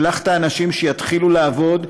שלח את האנשים שיתחילו לעבוד,